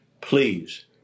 please